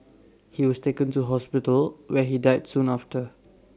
he was taken to hospital where he died soon after